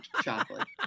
chocolate